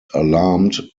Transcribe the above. alarmed